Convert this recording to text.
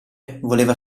voleva